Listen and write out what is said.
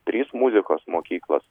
trys muzikos mokyklos